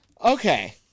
Okay